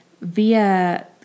via